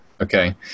Okay